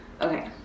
Okay